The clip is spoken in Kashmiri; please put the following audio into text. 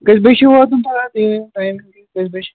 کٔژِ بَجہ چھُ واتُن پَگاہ تُہۍ ؤنِو ٹایم کٔژِ بَجہِ